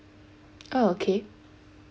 oh okay